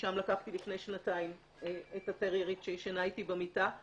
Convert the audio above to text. משם לקחתי לפני שנתיים את הטריירית שישנה איתי במיטה,